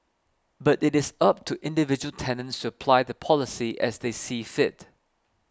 but it is up to individual tenants to apply the policy as they see fit